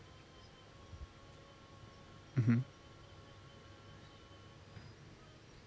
mmhmm